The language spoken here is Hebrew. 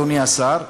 אדוני השר,